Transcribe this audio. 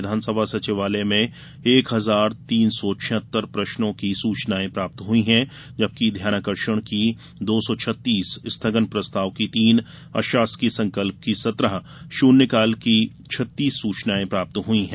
विधानसभा सचिवालय में एक हजार तीन सौ छियत्तर प्रश्नों की सूचनायें प्राप्त हुई हैं जबकि ध्यानाकर्षण की दो सौ छत्तीस स्थगन प्रस्ताव की तीन अशासकीय संकल्प की सत्रह शून्यकाल की छत्तीस सूचनायें प्राप्त हुई है